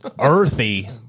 earthy